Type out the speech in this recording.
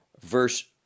Verse